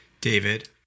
David